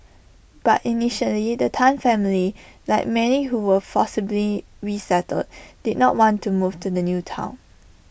but initially the Tan family like many who were forcibly resettled did not want to move to the new Town